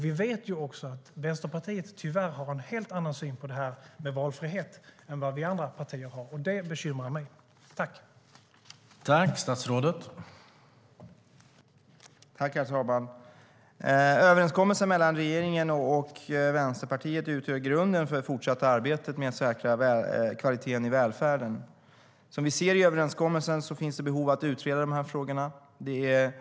Vi vet också att Vänsterpartiet tyvärr har en helt annan syn på valfrihet än vad vi andra partier har, och det bekymrar mig.